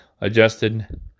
adjusted